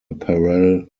apparel